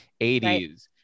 80s